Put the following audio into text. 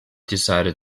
decided